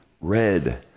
red